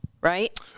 right